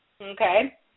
Okay